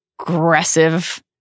aggressive